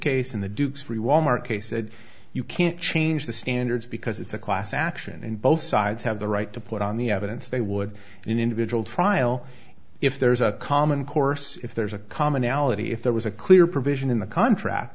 said you can't change the standards because it's a class action and both sides have the right to put on the evidence they would an individual trial if there's a common course if there's a commonality if there was a clear provision in the contract